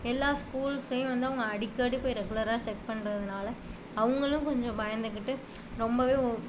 எல்லா ஸ்கூல்ஸ்ஸையும் வந்து அவங்க அடிக்கடி போயி ரெகுலரா செக் பண்றதினால அவங்களும் கொஞ்சம் பயந்துக்கிட்டு ரொம்பவே